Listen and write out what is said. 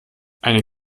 eine